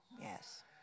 Yes